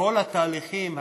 כל התהליכים,